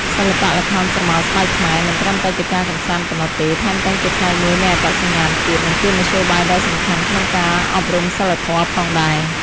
សិល្បៈល្ខោនស្រមោលស្បែកខ្មែរ មិនត្រឹមតែជាការកម្សាន្តប៉ុណ្ណោះទេ ថែមទាំងជាផ្នែកមួយនៃអត្តសញ្ញាណជាតិ និងជាមធ្យោបាយដ៏សំខាន់ក្នុងការអប់រំសីលធម៌ផងដែរ។